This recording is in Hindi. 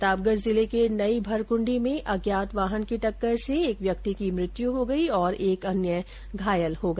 प्रतापगढ जिले के नई भरकुंडी में अज्ञात वाहन की टक्कर से एक व्यक्ति की मृत्यु हो गई और एक अन्य घायल हो गया